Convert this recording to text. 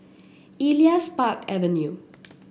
Elias Park Avenue